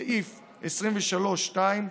סעיף 23(2)